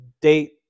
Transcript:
date